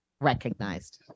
recognized